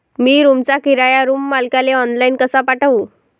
मी रूमचा किराया रूम मालकाले ऑनलाईन कसा पाठवू?